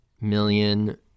million